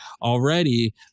Already